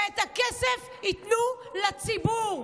ואת הכסף ייתנו לציבור,